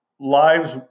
lives